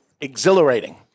exhilarating